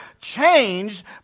changed